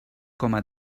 coma